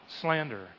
slander